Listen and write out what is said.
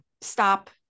stop